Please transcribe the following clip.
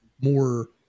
more